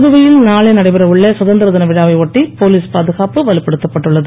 புதுவையில் நாளை நடைபெற உள்ள சுதந்திரதின விழாவை ஒட்டி போலீஸ் பாதுகாப்பு வலுப்படுத்தப் பட்டுள்ளது